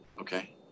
okay